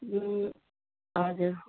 ए हजुर